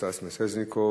סטס מיסז'ניקוב,